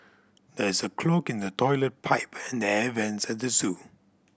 there is a clog in the toilet pipe and the air vents at the zoo